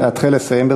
להתחיל לסיים.